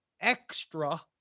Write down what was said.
extra